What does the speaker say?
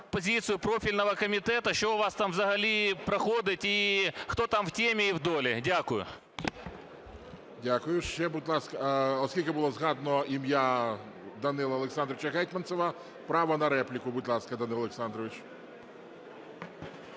позицію профільного комітету, що у вас там взагалі проходить і хто там в темі і в долі. Дякую. ГОЛОВУЮЧИЙ. Ще, будь ласка… Оскільки було згадано ім'я Данила Олександровича Гетманцева, право на репліку. Будь ласка, Данило Олександровичу.